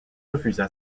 refusa